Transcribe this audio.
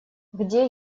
где